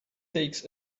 takes